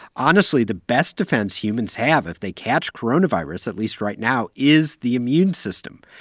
honestly, the best defense humans have if they catch coronavirus, at least right now, is the immune system.